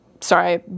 sorry